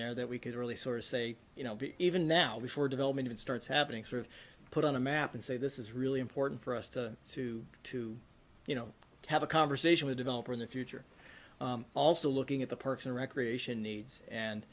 there that we could really sort of say you know be even now before development starts happening sort of put on a map and say this is really important for us to to to you know have a conversation with developer in the future also looking at the parks and recreation needs and